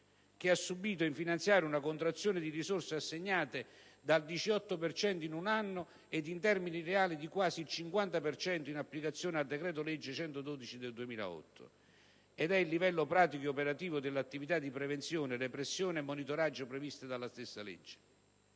della legge finanziaria una contrazione di risorse assegnate del 18 per cento in un anno e, in termini reali, di quasi il 50 per cento in applicazione al decreto-legge n. 112 del 2008) è il livello pratico e operativo delle attività di prevenzione, repressione e monitoraggio previste dalla legge